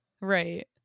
right